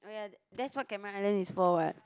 oh yeah that's what Cameron-Highland is for what